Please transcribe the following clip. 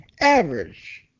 Average